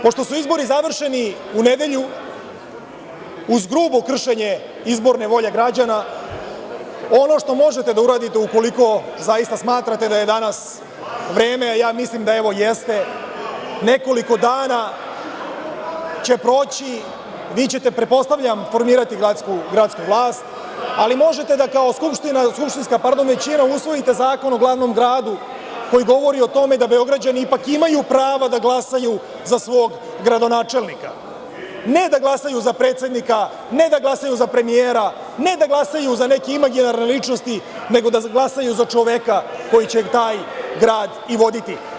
Pošto su izbori završeni u nedelju, uz grubo kršenje izborne volje građana, ono što možete da uradite ukoliko zaista smatrate da je danas vreme, a ja mislim da, evo, jeste, nekoliko dana će proći, vi ćete, pretpostavljam, formirati gradsku vlast, ali možete da kao skupštinska većina usvojite Zakon o glavnom gradu, koji govori o tome da Beograđani ipak imaju prava da glasaju za svog gradonačelnika, ne da glasaju za predsednika, ne da glasaju za premijera, ne da glasaju za neke imaginarne ličnosti, nego da glasaju za čoveka koji će taj grad i voditi.